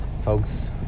Folks